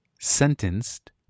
Sentenced